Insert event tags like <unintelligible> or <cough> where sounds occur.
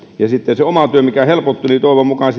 ja sitten se oma työ mikä helpottuu toivon mukaan <unintelligible>